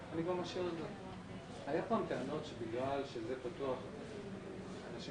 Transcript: משרד האוצר הוא לא חסם כדי להגיד 'אנחנו